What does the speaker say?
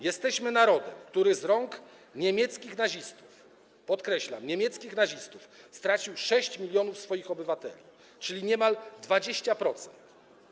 Jesteśmy narodem, który z rąk niemieckich nazistów, podkreślam, niemieckich nazistów stracił 6 mln swoich obywateli, czyli niemal 20%.